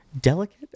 Delicate